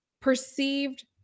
perceived